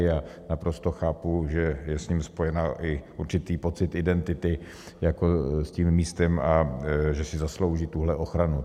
A naprosto chápu, že je s ním spojen i určitý pocit identity jako s tím místem a že si zaslouží tuhle ochranu.